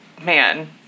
man